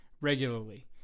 regularly